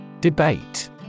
Debate